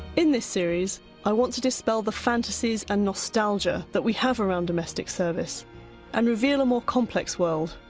in this series i want to dispel the fantasies and nostalgia that we have around domestic service and reveal a more complex world,